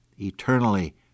eternally